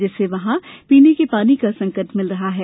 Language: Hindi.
जिससे वहां पीने के पानी का संकट मिल रहा है